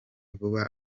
vuba